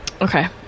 Okay